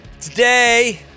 Today